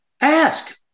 ask